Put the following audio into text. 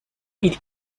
ils